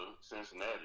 Cincinnati